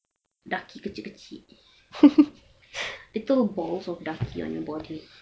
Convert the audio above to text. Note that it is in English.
daki kecil-kecil little balls of daki on your body